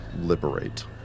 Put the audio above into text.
liberate